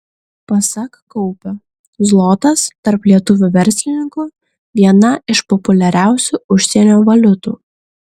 pasak kaupio zlotas tarp lietuvių verslininkų viena iš populiariausių užsienio valiutų